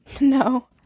No